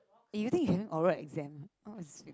eh you think you having oral exam